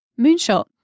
Moonshot